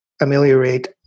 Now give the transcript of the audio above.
ameliorate